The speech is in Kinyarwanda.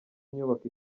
nyubako